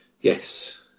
Yes